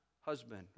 husband